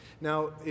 Now